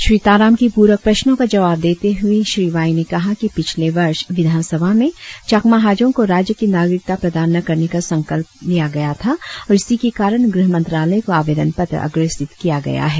श्री ताराम की पुरक प्रश्नों का जवाब देते हुए श्री वाई ने कहा कि पिछले वर्ष विधान सभा में चकमा हाजोंग को राज्य की नागरिकता प्रदान न करने का संकल्प लिया गया था और इसी के कारण गृह मंत्रालय को आवेदन पत्र अग्रेसित किया गया है